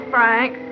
Frank